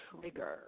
trigger